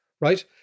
right